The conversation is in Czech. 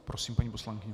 Prosím, paní poslankyně.